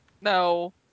No